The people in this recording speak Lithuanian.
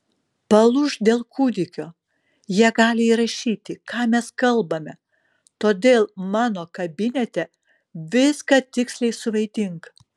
palūžk dėl kūdikio jie gali įrašyti ką mes kalbame todėl mano kabinete viską tiksliai suvaidink